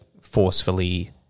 forcefully